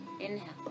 inhale